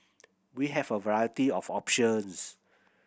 we have a variety of options